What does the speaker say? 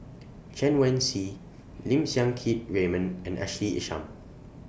Chen Wen Hsi Lim Siang Keat Raymond and Ashley Isham